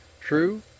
True